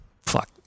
Fuck